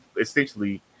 essentially